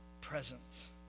presence